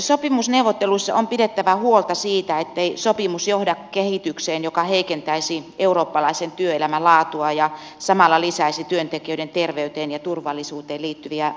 sopimusneuvotteluissa on pidettävä huolta siitä ettei sopimus johda kehitykseen joka heikentäisi eurooppalaisen työelämän laatua ja samalla lisäisi työntekijöiden terveyteen ja turvallisuuteen liittyviä riskejä